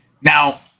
Now